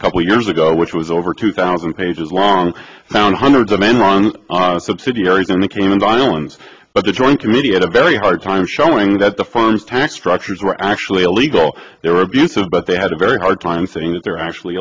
a couple of years ago which was over two thousand pages long found hundreds of enron subsidiaries in the cayman islands but the joint committee had a very hard time showing that the firms tax structures were actually illegal they were abused but they had a very hard time saying that they're actually